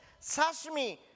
Sashimi